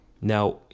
Now